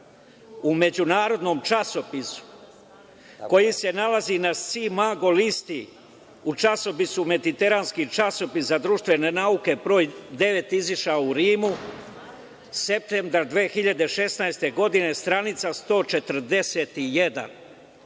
u međunarodnom časopisu koji se nalazi na sci mago listi u časopisu „Mediteranski časopis za društvene nauke“ broj 9, izašao u Rimu, septembra 2016. godine, stranica 141,